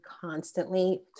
constantly